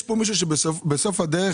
יש כאן מישהו שבסוף הדרך,